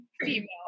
female